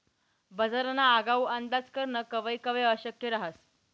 बजारना आगाऊ अंदाज करनं कवय कवय अशक्य रहास